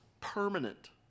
permanent